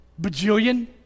Bajillion